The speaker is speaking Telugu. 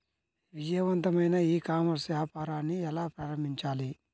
విజయవంతమైన ఈ కామర్స్ వ్యాపారాన్ని ఎలా ప్రారంభించాలి?